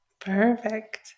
Perfect